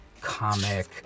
comic